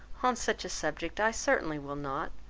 on such a subject i certainly will not.